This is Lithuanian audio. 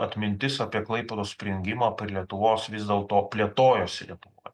atmintis apie klaipėdos prijungimą prie lietuvos vis dėlto plėtojosi lietuvoje